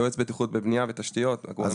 בבקשה.